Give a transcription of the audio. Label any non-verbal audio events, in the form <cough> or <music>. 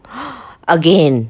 <noise> again